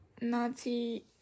Nazi